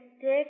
Dick